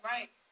Right